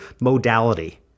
modality